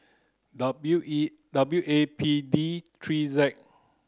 W A W A P D three Z